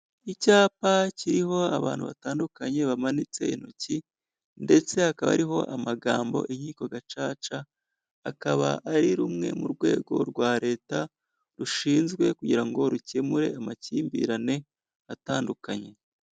Icyapa kiriho abantu batandukanye bamanitse intoki ndetse hakaba hariho amagambo "Inkiko gacaca," akaba ari rumwe mu rwego rwa Leta rushinzwe kugira ngo rukemure amakimbirane atandukanye.